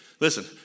Listen